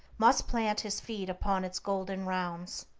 must plant his feet upon its golden rounds.